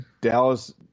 Dallas